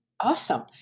Awesome